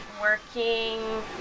working